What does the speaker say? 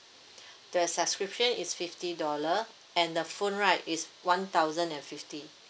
the subscription is fifty dollar and the phone right is one thousand and fifty